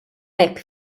hekk